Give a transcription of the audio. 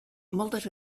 moltes